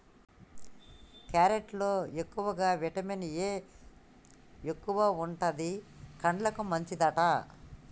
carrot లో ఎక్కువగా vitamin A ఎక్కువుంటది, కండ్లకు మంచిదట